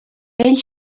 ell